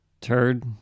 turd